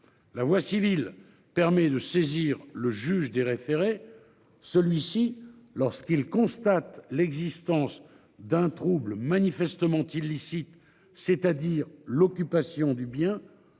la voie civile permet de saisir le juge des référés. Celui-ci lorsqu'ils. Constatent l'existence d'un trouble manifestement illicite, c'est-à-dire l'occupation du bien